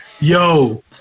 yo